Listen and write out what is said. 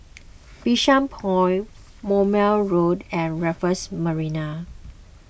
Bishan Point Moulmein Road and Raffles Marina